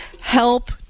help